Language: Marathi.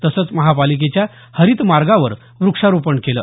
तसंच महापालिकेच्या हरित मार्गावर व्रक्षारोपण केलं